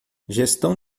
gestão